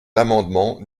l’amendement